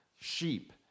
sheep